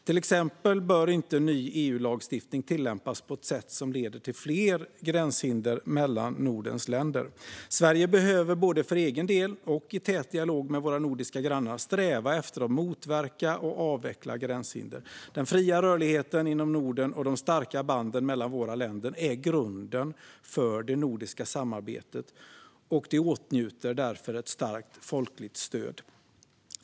Till exempel bör inte ny EU-lagstiftning tillämpas på ett sätt som leder till fler gränshinder mellan Nordens länder. Sverige behöver både för egen del och i tät dialog med våra nordiska grannar sträva efter att motverka och avveckla gränshinder. Den fria rörligheten inom Norden och de starka banden mellan våra länder är grunden för det nordiska samarbetet, och det åtnjuter därför ett starkt folkligt stöd.